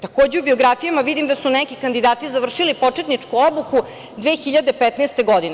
Takođe, u biografijama vidim da su neki kandidati završili početničku obuku 2015. godine.